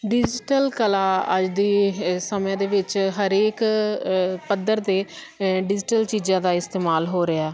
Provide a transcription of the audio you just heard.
digital ਕਲਾ ਅੱਜ ਦੀ ਇਸ ਸਮੇਂ ਦੇ ਵਿੱਚ ਹਰੇਕ ਪੱਧਰ 'ਤੇ ਡਿਜੀਟਲ ਚੀਜ਼ਾਂ ਦਾ ਇਸਤੇਮਾਲ ਹੋ ਰਿਹਾ